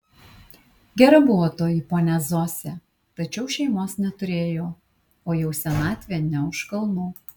gera buvo toji ponia zosė tačiau šeimos neturėjo o jau senatvė ne už kalnų